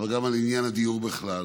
אבל גם על עניין הדיור בכלל.